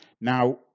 Now